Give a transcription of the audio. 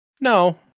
No